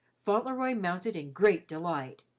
fauntleroy mounted in great delight.